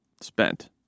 spent